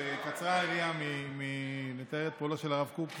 קצרה היריעה מלתאר את פועלו של הרב קוק,